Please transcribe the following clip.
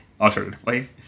alternatively